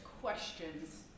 questions